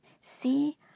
See